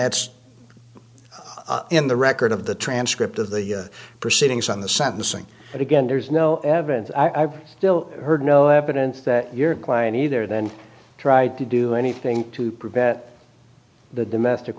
that's in the record of the transcript of the proceedings on the sentencing but again there's no evidence i still heard no evidence that your client either then tried to do anything to prevent the domestic